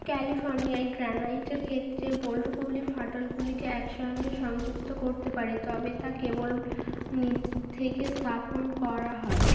ক্যালিফর্নিয়ায় গ্রানাইটের ক্ষেত্রে বোল্টগুলি ফাটলগুলিকে একসঙ্গে সংযুক্ত করতে পারে তবে তা কেবল নিজ থেকে স্থাপন করা হয়